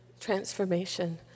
transformation